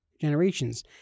generations